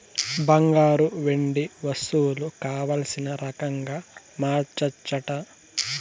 బంగారు, వెండి వస్తువులు కావల్సిన రకంగా మార్చచ్చట